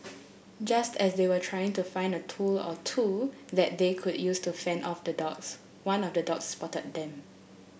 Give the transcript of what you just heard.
just as they were trying to find a tool or two that they could use to fend off the dogs one of the dogs spotted them